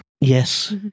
Yes